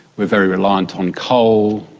we're very reliant on coal,